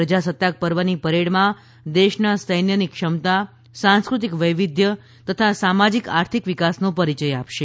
પ્રજાસત્તાક પર્વની પરેડમાં દેશના સૈન્યની ક્ષમતા સાંસ્ટૃતિક વૈવિધ્ય તથા સામાજિક આર્થિક વિકાસનો પરિયય અપાશે